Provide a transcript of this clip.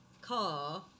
car